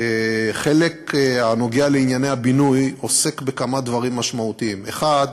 החלק הנוגע לענייני הבינוי עוסק בכמה דברים משמעותיים: האחד,